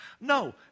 No